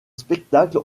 spectacles